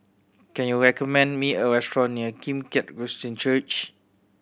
can you recommend me a restaurant near Kim Keat Christian Church